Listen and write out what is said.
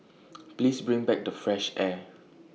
please bring back the fresh air